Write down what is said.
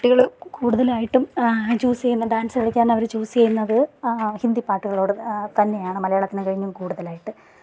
കുട്ടികൾ കൂടുതലായിട്ടും ചൂസ് ചെയ്യുന്ന ഡാൻസ് കളിക്കാൻ അവർ ചൂസ് ചെയ്യുന്നത് ഹിന്ദി പാട്ടുകളോട് തന്നെയാണ് മലയാളത്തിനെ കഴിഞ്ഞും കൂടുതലായിട്ട്